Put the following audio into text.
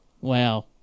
Wow